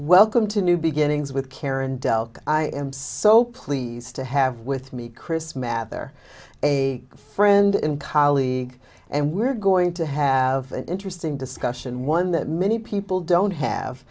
welcome to new beginnings with karen dell i am so pleased to have with me chris mather a friend and colleague and we're going to have an interesting discussion one that many people don't have